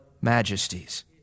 majesties